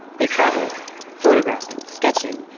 they traveled photographing, sketching,